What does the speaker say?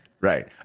right